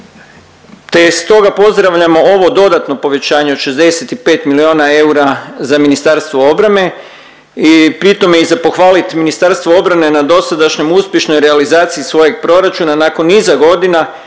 te stoga pozdravljamo ovo dodatno povećanje od 65 milijuna eura za Ministarstvo obrane i pri tome je za pohvalit Ministarstvo obrane na dosadašnjom uspješnoj realizaciji svojeg proračuna nakon niza godina